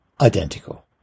identical